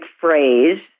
phrase